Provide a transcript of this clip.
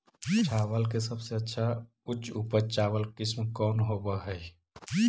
चावल के सबसे अच्छा उच्च उपज चावल किस्म कौन होव हई?